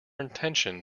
intention